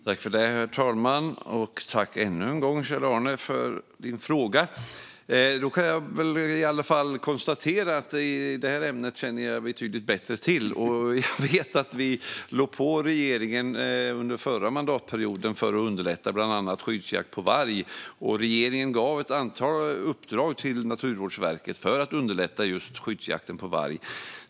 Herr talman! Tack ännu en gång, Kjell-Arne, för din fråga! Jag kan i alla fall konstatera att det här ämnet känner jag till betydligt bättre. Jag vet att vi låg på regeringen under förra mandatperioden för att underlätta bland annat skyddsjakt på varg, och regeringen gav ett antal uppdrag till Naturvårdsverket för att underlätta just skyddsjakten på varg.